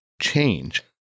change